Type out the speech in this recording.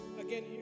again